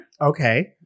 Okay